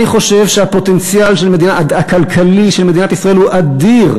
אני חושב שהפוטנציאל הכלכלי של מדינת ישראל הוא אדיר.